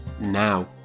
now